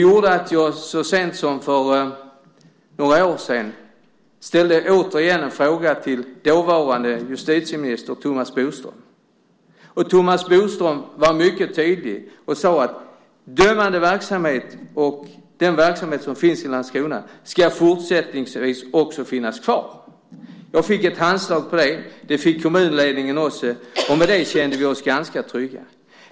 För några år sedan ställde jag en fråga till den dåvarande justitieministern Thomas Bodström. Thomas Bodström var mycket tydlig och sade att dömande verksamhet och den verksamhet som finns i Landskrona fortsättningsvis ska finnas kvar. Jag fick ett handslag på det. Det fick kommunledningen också. Med det kände vi oss ganska trygga.